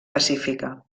pacífica